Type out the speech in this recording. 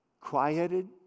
Quieted